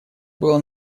было